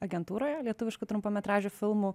agentūroje lietuviškų trumpametražių filmų